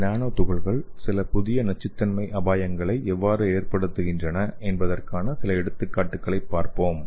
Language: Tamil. இந்த நானோ துகள்கள் சில புதிய நச்சுத்தன்மை அபாயங்களை எவ்வாறு ஏற்படுத்துகின்றன என்பதற்கான சில எடுத்துக்காட்டுகளைப் பார்ப்போம்